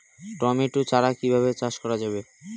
Tomato চারা কিভাবে চাষ করা যাবে?